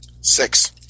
Six